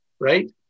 right